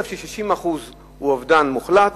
60% זה אובדן מוחלט,